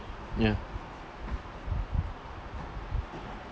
ya